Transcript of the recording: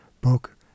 Book